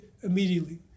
immediately